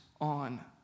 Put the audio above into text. on